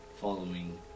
following